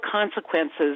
Consequences